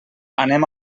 anem